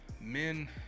Men